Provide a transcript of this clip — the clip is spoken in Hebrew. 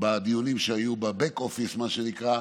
בדיונים שהיו ב-back office, מה שנקרא,